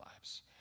lives